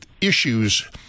issues